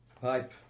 pipe